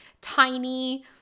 tiny